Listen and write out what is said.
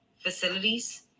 facilities